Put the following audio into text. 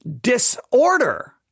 disorder